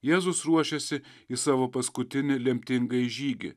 jėzus ruošiasi į savo paskutinį lemtingąjį žygį